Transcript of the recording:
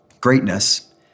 Greatness